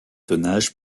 tonnage